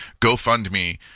GoFundMe